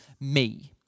me